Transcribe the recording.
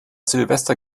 silvester